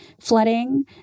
flooding